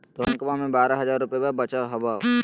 तोहर बैंकवा मे बारह हज़ार रूपयवा वचल हवब